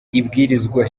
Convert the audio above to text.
ibwirizwa